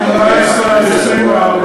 חשמל וביוב,